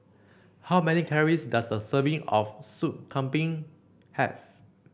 how many calories does a serving of Soup Kambing have